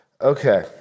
Okay